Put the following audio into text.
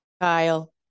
Kyle